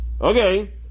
Okay